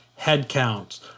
headcounts